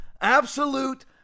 absolute